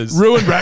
Ruined